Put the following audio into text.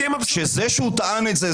שזה שהוא טען את זה,